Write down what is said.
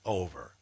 over